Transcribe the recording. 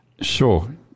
Sure